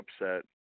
upset